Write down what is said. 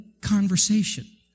conversation